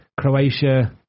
Croatia